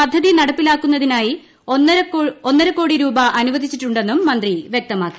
പദ്ധതി നടപ്പിലാക്കുന്നതിനായി ഒന്നര കോടി രൂപ അനുവദിച്ചിട്ടുണ്ടെന്നും മന്ത്രി വൃക്തമാക്കി